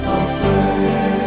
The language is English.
afraid